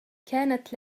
كانت